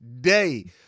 day